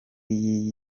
y’iyi